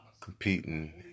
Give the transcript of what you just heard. competing